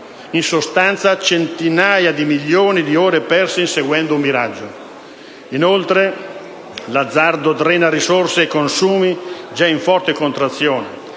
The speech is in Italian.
In sostanza, centinaia di milioni di ore perse inseguendo un miraggio. Inoltre, l'azzardo drena risorse ai consumi, già in forte contrazione: